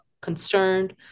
concerned